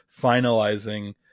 finalizing